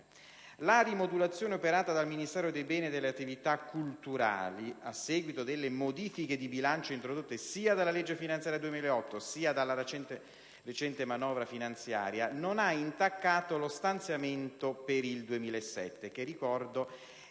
La rimodulazione operata dal Ministero per i beni e le attività culturali, a seguito delle modifiche di bilancio introdotte sia dalla legge finanziaria n. 244, sia dalla recente manovra finanziaria, non ha intaccato lo stanziamento per il 2007 (che ricordo essere pari